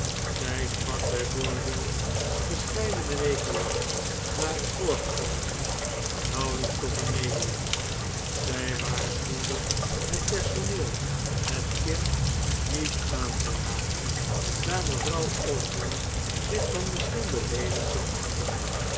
zij sprak bijvoorbeeld verscheidene weken lang na het voorgevallene nauwelijks tot amelia zij waarschuwde het personeel het kind niet aan te raken daar mevrouw osborne zich dan misschien beleedigd zou achten